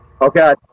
Okay